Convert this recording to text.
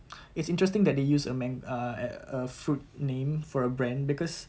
it's interesting that they use a mang~ uh err a fruit name for a brand because